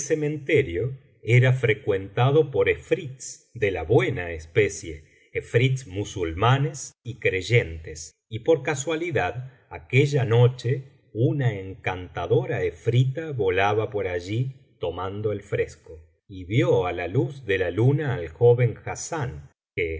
cementerio era frecuentado por efrits de la buena especie efrits musulmanes y creyentes y por casualidad aquella noche una encantadora efrita volaba por allí tomando el fresco y vio á la luz de la luna al joven hassán